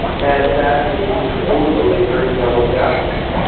and that is presumably very maladaptive.